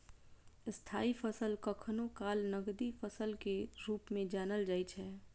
स्थायी फसल कखनो काल नकदी फसल के रूप मे जानल जाइ छै